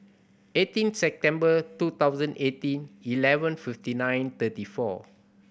eighteen September two thousand eighteen eleven fifty nine thirty four